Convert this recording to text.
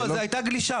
לא, זו הייתה גלישה.